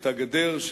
את הגדר,